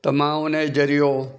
त मां उनजो ज़रियो